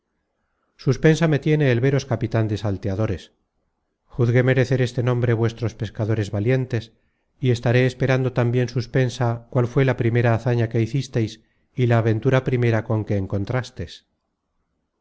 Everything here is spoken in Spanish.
suspensa me tiene el veros capitan de salteadores juzgué merecer este nombre vuestros pescadores valientes y estaré esperando tambien suspensa cuál fué la primera hazaña que hicistes y la aventura primera con que encontrastes